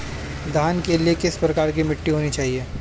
धान के लिए किस प्रकार की मिट्टी होनी चाहिए?